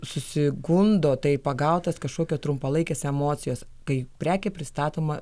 susigundo tai pagautas kažkokio trumpalaikės emocijos kai prekė pristatoma